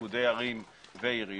איגודי ערים ועיריות,